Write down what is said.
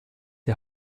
die